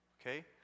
Okay